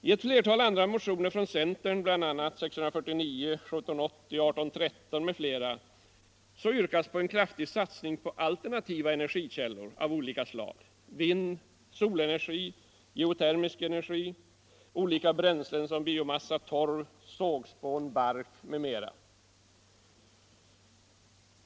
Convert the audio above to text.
I ett flertal andra motioner från centern — bl.a. 649, 1780 och 1813 — yrkas en kraftig satsning på alternativa energikällor av olika slag: vind, solenergi, geotermisk energi samt olika fossila bränslen såsom biomassa, torv, sågspån och bark.